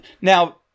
Now